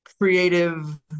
creative